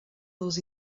dels